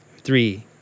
three